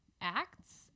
acts